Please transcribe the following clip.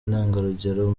intangarugero